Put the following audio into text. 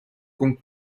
con